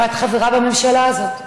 ואת חברה בממשלה הזאת,